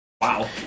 Wow